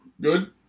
Good